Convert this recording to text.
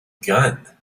gun